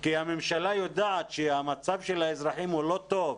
כי הממשלה יודעת שהמצב של האזרחים הוא לא טוב.